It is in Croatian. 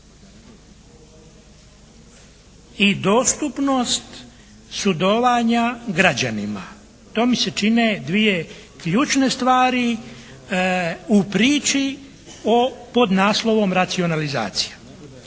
i dostupnost sudovanja građanima. To mi se čine dvije ključne stvari u priči o podnaslovom racionalizacija.